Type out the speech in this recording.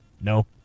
No